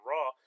Raw